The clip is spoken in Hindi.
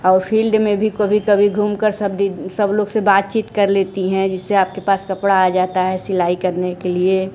और फील्ड में भी कभी कभी घूमकर सब सब लोग से बातचीत कर लेती हैं जिससे आपके पास कपड़ा आ जाता है सिलाई करने के लिए